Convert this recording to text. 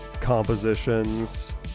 compositions